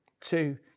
Two